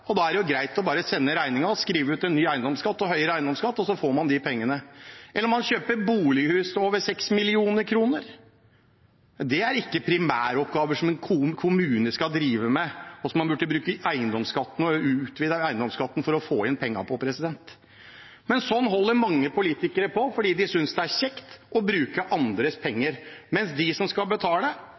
og da er det jo greit bare å sende regningen og skrive ut en ny eiendomsskatt eller høyere eiendomsskatt, og så får man de pengene. Eller man kjøper bolighus til over 6 mill. kr. Det er ikke primæroppgaver som en kommune skal drive med, og som man burde bruke eiendomsskatten – og øke eiendomsskatten – for å få inn penger til. Men sånn holder mange politikere på fordi de synes det er kjekt å bruke andres penger, mens de som skal betale,